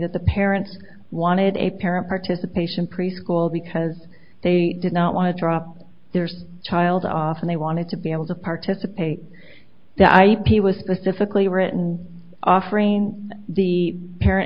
that the parents wanted a parent participation preschool because they did not want to drop their child off and they wanted to be able to participate the ip was specifically written off rain the parent